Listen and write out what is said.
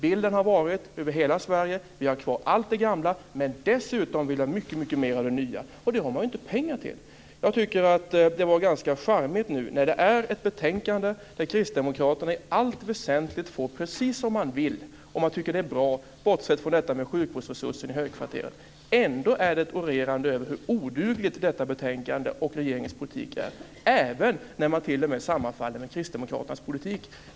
Bilden har varit: Vi vill ha kvar allt det gamla, och dessutom vill vi ha mycket mer av det nya. Men det har man ju inte pengar till. Jag tycker att det hela är ganska charmigt. Det finns ett betänkande där kristdemokraterna i allt väsentligt får precis som de vill, och de tycker att det är bra - bortsett från detta med sjukvårdsresursen i högkvarteret. Ändå är det ett orerande över hur odugligt betänkandet och regeringens politik är, även när det sammanfaller med kristdemokraternas politik.